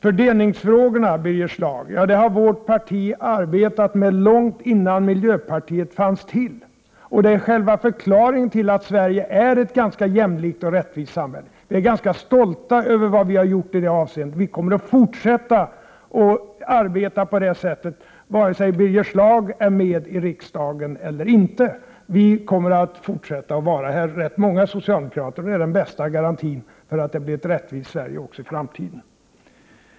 Vårt parti har, Birger Schlaug, arbetat med fördelningsfrågorna långt innan miljöpartiet fanns. Det är själva förklaringen till att Sverige är ett ganska jämlikt och rättvist samhälle. Vi socialdemokrater är ganska stolta över vad vi har gjort i detta avseende, och vi kommer att fortsätta att arbeta på det sättet, vare sig Birger Schlaug finns i riksdagen eller inte. Vi är rätt många socialdemokrater som kommer att fortsätta att vara i riksdagen, och det är den bästa garantin för att det blir ett rättvist Sverige också i framtiden.